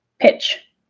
pitch